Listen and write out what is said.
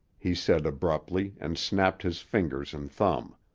he said abruptly and snapped his fingers and thumb.